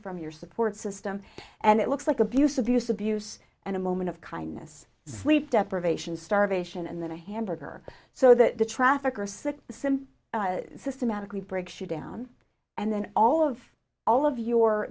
from your support system and it looks like abuse abuse abuse and a moment of kindness sleep deprivation starvation and then a hamburger so that the trafficker sick simply systematically break she down and then all of all of you